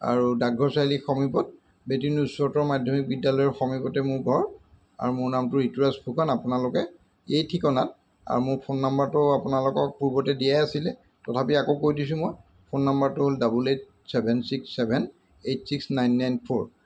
আৰু ডাকঘৰ চাৰিআলি সমীপত বেতিয়নী উচ্চতৰ মাধ্যমিক বিদ্যালয়ৰ সমীপতে মোৰ ঘৰ আৰু মোৰ নামটো ঋতুৰাজ ফুকন আৰু আপোনালোকে এই ঠিকনাত আৰু মোৰ ফোন নাম্বাৰটো আপোনালোকক পূৰ্বতে দিয়াই আছিলে তথাপি আকৌ কৈ দিছোঁ মই ফোন নাম্বাৰটো হ'ল double eight seven six seven eight six nine nine four